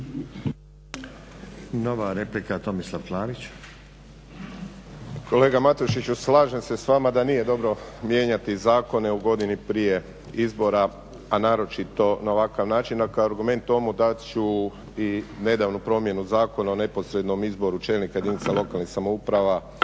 **Klarić, Tomislav (HDZ)** Kolega Matušiću, slažem se s vama da nije dobro mijenjati zakone u godini prije izbora a naročito na ovakav način. A kao argument tomu dat ću i nedavnu promjenu Zakona o neposrednom izboru čelnika jedinica lokalnih samouprava.